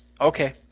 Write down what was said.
Okay